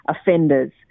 offenders